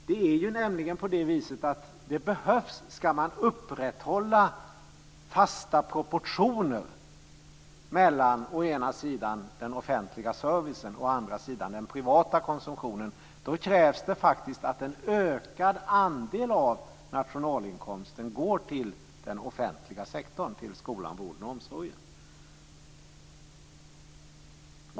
Det är nämligen på det viset att ska man upprätthålla fasta proportioner mellan å ena sidan den offentliga servicen och å andra sidan den privata konsumtionen krävs det faktiskt att en ökad andel av nationalinkomsten går till den offentliga sektorn, till skolan, vården och omsorgen.